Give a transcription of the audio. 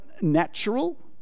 natural